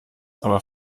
aber